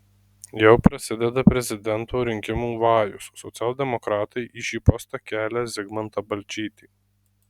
jau prasideda prezidento rinkimų vajus socialdemokratai į šį postą kelią zigmantą balčytį